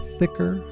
thicker